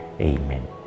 Amen